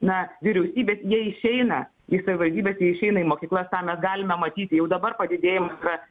na vyriausybės jie išeina į savivaldybes jie išeina į mokyklas tą mes galime matyti jau dabar padidėjimas yra